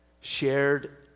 shared